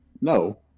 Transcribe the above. No